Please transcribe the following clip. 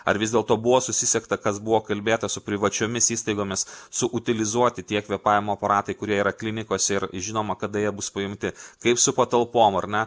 ar vis dėlto buvo susisiekta kas buvo kalbėta su privačiomis įstaigomis su utilizuoti tie kvėpavimo aparatai kurie yra klinikose ir žinoma kada jie bus paimti kaip su patalpom ar ne